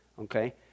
okay